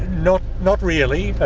not not really.